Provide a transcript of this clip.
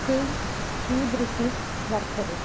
कीदृशं कीदृशी वर्तते